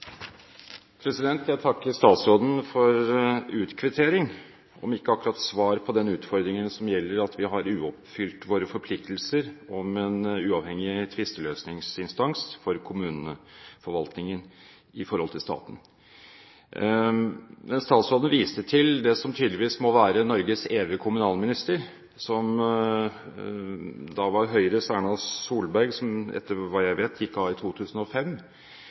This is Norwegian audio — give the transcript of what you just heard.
Jeg takker statsråden for utkvittering – om ikke akkurat svar på den utfordringen som gjelder at vi ikke har oppfylt våre forpliktelser om en uavhengig tvisteløsningsinstans for kommuneforvaltningen i forhold til staten. Men statsråden viste til det som tydeligvis må være Norges evige kommunalminister, som var Høyres Erna Solberg, som – etter hva jeg vet – gikk av i 2005.